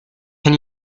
can